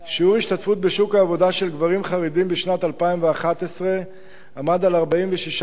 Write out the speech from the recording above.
שיעור ההשתתפות בשוק העבודה של גברים חרדים בשנת 2011 עמד על 46.8%;